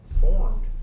formed